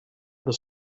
the